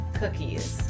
cookies